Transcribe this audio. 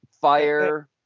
Fire